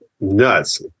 nuts